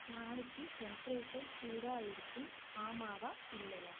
நாளைக்கு டெம்ப்ரேச்சர் சூடாக இருக்கும் ஆமாவா இல்லையா